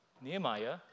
Nehemiah